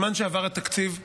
בזמן שעבר התקציב לראשונה,